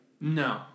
No